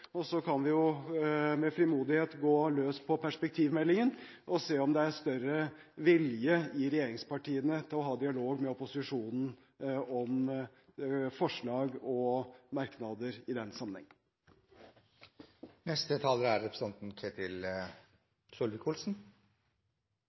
Så kan vi med frimodighet gå løs på perspektivmeldingen og se om det er større vilje i regjeringspartiene til å ha dialog med opposisjonen om forslag og merknader i den